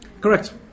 Correct